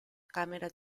camera